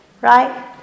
right